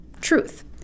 Truth